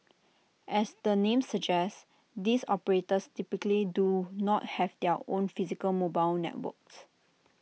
as the name suggests these operators typically do not have their own physical mobile networks